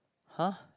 [huh]